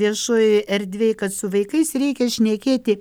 viešojoj erdvėj kad su vaikais reikia šnekėti